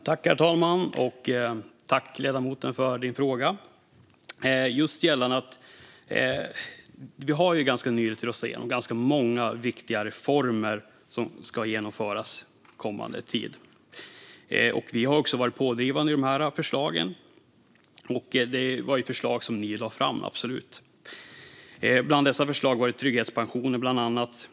Herr talman! Tack, ledamoten, för din fråga! Vi har ganska nyligen röstat igenom ganska många viktiga reformer som ska genomföras under kommande tid. Vi har också varit pådrivande när det gäller dessa förslag. Det var förslag som ni lade fram - absolut. Bland dessa förslag fanns bland annat trygghetspensionen.